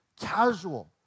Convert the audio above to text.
casual